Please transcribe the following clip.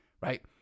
right